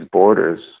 borders